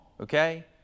okay